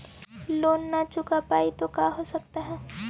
Loan न चुका पाई तो का हो सकता है?